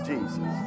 Jesus